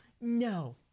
no